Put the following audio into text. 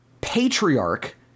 Patriarch